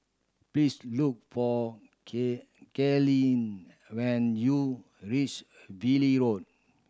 please look for Katlyn when you reach Valley Road